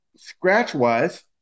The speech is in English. Scratch-wise